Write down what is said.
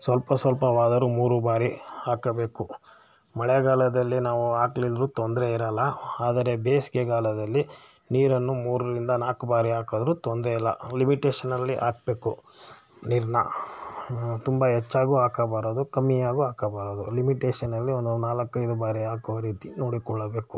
ಸ್ವಲ್ಪ ಸ್ವಲ್ಪವಾದರು ಮೂರು ಬಾರಿ ಹಾಕಬೇಕು ಮಳೆಗಾಲದಲ್ಲಿ ನಾವು ಹಾಕ್ದಿದ್ರು ತೊಂದರೆ ಇರಲ್ಲ ಆದರೆ ಬೇಸಿಗೆಗಾಲದಲ್ಲಿ ನೀರನ್ನು ಮೂರರಿಂದ ನಾಲ್ಕು ಬಾರಿ ಹಾಕಿದ್ರೂ ತೊಂದರೆಯಿಲ್ಲ ಲಿಮಿಟೇಷನಲ್ಲಿ ಹಾಕ್ಬೇಕು ನೀರನ್ನ ತುಂಬ ಹೆಚ್ಚಾಗೂ ಹಾಕಬಾರದು ಕಮ್ಮಿಯಾಗೂ ಹಾಕಬಾರದು ಲಿಮಿಟೇಷನಲ್ಲಿ ಒಂದು ನಾಲ್ಕೈದು ಬಾರಿ ಹಾಕೋ ರೀತಿ ನೋಡಿಕೊಳ್ಳಬೇಕು